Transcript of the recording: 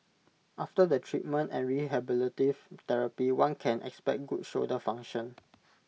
after the treatment and rehabilitative therapy one can expect good shoulder function